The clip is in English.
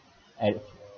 I